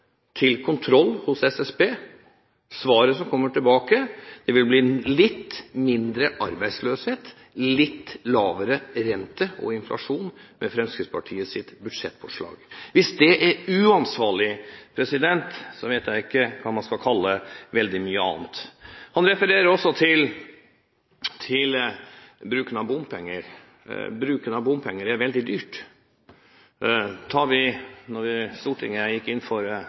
til kontroll hos Statistisk sentralbyrå. Svaret som kommer tilbake, sier at det ville blitt litt mindre arbeidsløshet og litt lavere rente og inflasjon med Fremskrittspartiets budsjettforslag. Hvis det er uansvarlig, så vet jeg ikke hva man skal kalle veldig mye annet. Han refererer også til bruken av bompenger. Bruk av bompenger er veldig dyrt. Da Stortinget gikk inn for